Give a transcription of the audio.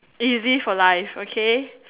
easy for life okay